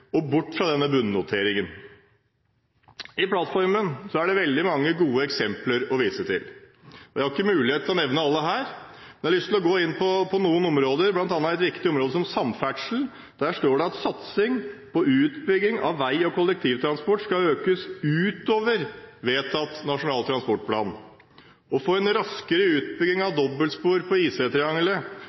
og bort fra denne bunnoteringen. I plattformen er det veldig mange gode eksempler å vise til. Jeg har ikke mulighet til å nevne alle her, men jeg har lyst til å gå inn på noen områder, bl.a. det viktige området samferdsel. Om det står det: «Satsing på utbygging av vei og kollektivtransport økes utover vedtatt Nasjonal transportplan.» Å få en raskere utbygging av dobbeltspor i intercitytriangelet og få fire felt på